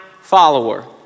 follower